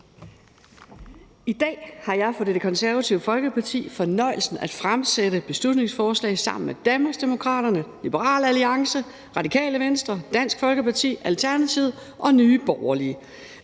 I dag har jeg for Det Konservative Folkeparti fornøjelsen at fremlægge et beslutningsforslag sammen med Danmarksdemokraterne, Liberal Alliance, Radikale Venstre, Dansk Folkeparti, Alternativet og Nye Borgerlige.